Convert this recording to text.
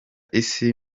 isi